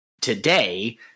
today